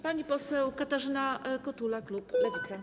Pani poseł Katarzyna Kotula, klub Lewica.